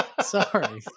Sorry